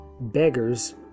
beggars